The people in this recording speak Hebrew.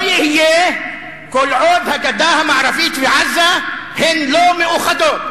לא יהיה כל עוד הגדה המערבית ועזה לא מאוחדות.